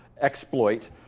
exploit